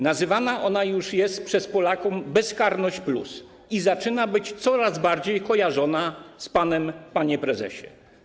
Nazywana ona już jest przez Polaków: bezkarność+ i zaczyna być coraz bardziej kojarzona z panem, panie prezesie.